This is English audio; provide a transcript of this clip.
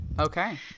Okay